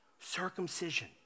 Circumcision